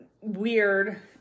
weird